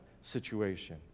situation